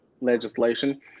legislation